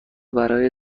برای